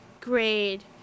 grade